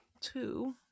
two